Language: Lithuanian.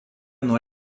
nuo